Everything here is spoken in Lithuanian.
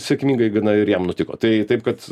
sėkmingai gana ir jam nutiko tai taip kad